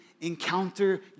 encounter